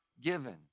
given